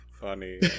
funny